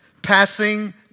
Passing